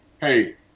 hey